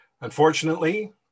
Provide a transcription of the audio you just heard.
Unfortunately